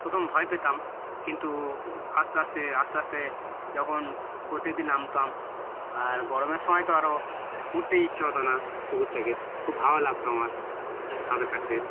প্রথম ভয় পেতাম কিন্তু আস্তে আস্তে আস্তে আস্তে যখন প্রত্যেক দিন নামতাম আর গরমের সময় তো আরও উঠতেই ইচ্ছে হতো না পুকুর থেকে খুব ভালো লাগত আমার সাঁতার কাটতে